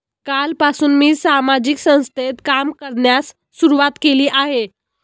कालपासून मी सामाजिक संस्थेत काम करण्यास सुरुवात केली आहे